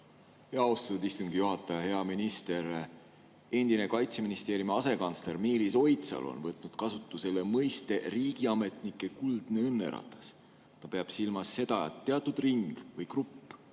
Austatud istungi juhataja! Hea minister! Endine Kaitseministeeriumi asekantsler Meelis Oidsalu on võtnud kasutusele mõiste "riigiametnike kuldne õnneratas". Ta peab silmas seda, et teatud ring või grupp